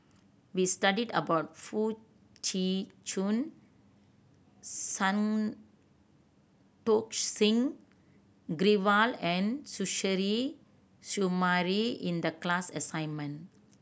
we studied about Foo Tee Jun Santokh Singh Grewal and Suzairhe Sumari in the class assignment